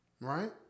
right